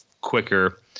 quicker